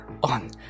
On